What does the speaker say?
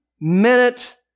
minute